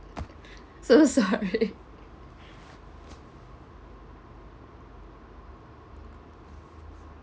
so sorry